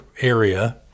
area